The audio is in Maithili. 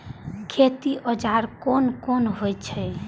खेती औजार कोन कोन होई छै?